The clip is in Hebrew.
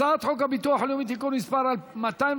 הצעת חוק הביטוח הלאומי (תיקון מס' 208),